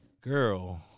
Girl